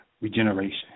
Regeneration